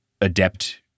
adept